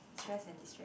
stress and destress